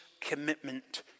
commitment